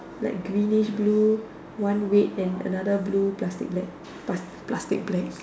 like greenish blue one red and another blue plastic bag plastic black